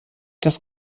das